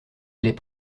les